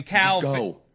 go